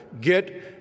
get